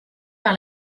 par